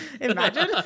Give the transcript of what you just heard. Imagine